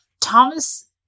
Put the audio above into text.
Thomas